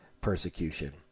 persecution